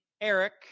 Eric